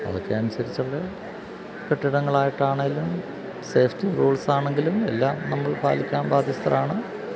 അതൊക്കെ അനുസരിച്ചുള്ള കെട്ടിടങ്ങളായിട്ടാണെങ്കിലും സേഫ്റ്റി റൂൾസാണെങ്കിലും എല്ലാം നമ്മൾ പാലിക്കാൻ ബാധ്യസ്ഥരാണ്